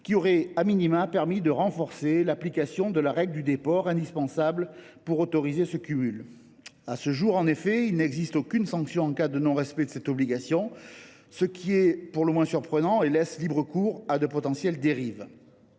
qui auraient permis de renforcer l’application de la règle du déport, indispensable pour autoriser ce cumul. À ce jour, il n’existe en effet aucune sanction en cas de non respect de cette obligation, ce qui est pour le moins surprenant et laisse libre cours à de potentielles dérives.